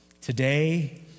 today